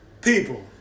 People